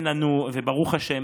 ברוך השם,